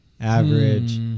Average